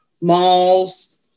malls